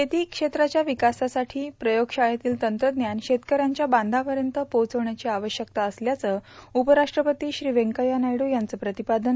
शेती क्षेत्राच्या विकासासाठी प्रयोगशाळेतील तंत्रज्ञान शेतकऱ्यांच्या बांधापर्यत पोहोचविण्याची आवश्यकता असल्याचं उपराष्ट्रपती श्री व्यंकय्या नायड् यांचं प्रतिपादन